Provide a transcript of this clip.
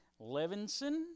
Levinson